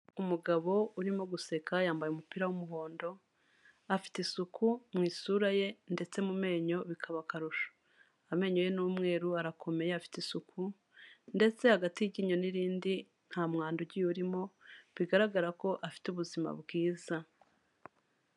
Umugabo urimo guseka, yambaye umupira w'umuhondo, afite isuku mu isura ye ,ndetse mu menyo bikaba akarusho. Amenyo ye n'umweru, arakomeye ,afite isuku ,ndetse hagati y'iryinyo n'irindi nta mwanda ugiye urimo, bigaragara ko afite ubuzima bwiza.